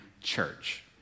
church